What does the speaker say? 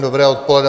Dobré odpoledne.